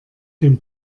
dem